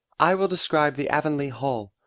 i will describe the avonlea hall.